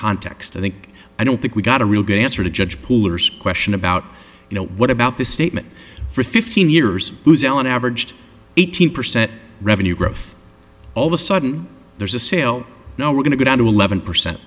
context i think i don't think we've got a real good answer to judge pullers question about you know what about this statement for fifteen years who's alan averaged eighteen percent revenue growth all of a sudden there's a sale now we're going to go down to eleven percent